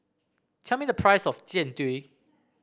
tell me the price of Jian Dui